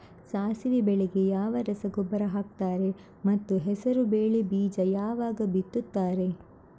ಸಾಸಿವೆ ಬೆಳೆಗೆ ಯಾವ ರಸಗೊಬ್ಬರ ಹಾಕ್ತಾರೆ ಮತ್ತು ಹೆಸರುಬೇಳೆ ಬೀಜ ಯಾವಾಗ ಬಿತ್ತುತ್ತಾರೆ?